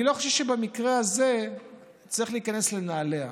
אני לא חושב שבמקרה הזה צריך להיכנס לנעליה.